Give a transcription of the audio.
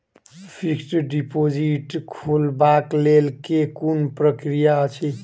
Fixed deposit खोलबाक लेल केँ कुन प्रक्रिया अछि?